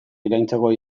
iraintzeko